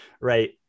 right